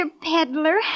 Peddler